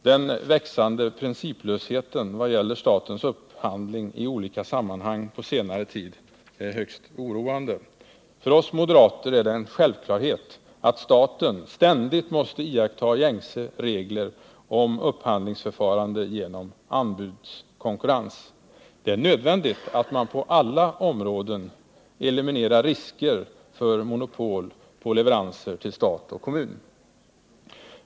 Den växande principlösheten i vad gäller statens upphandling i olika sammanhang på senare tid är högst oroande. För oss moderater är det en självklarhet att staten ständigt måste iaktta gängse regler om upphandlingsförfarande genom anbudskonkurrens. Det är nödvändigt att man på alla områden eliminerar risker för monopol på leveranser till stat och kommun.